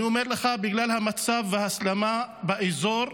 אני אומר לך: בגלל המצב וההסלמה באזור,